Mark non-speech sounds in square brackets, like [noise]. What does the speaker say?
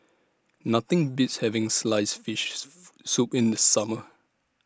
Nothing Beats having Sliced Fish [noise] Soup in The Summer